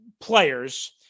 players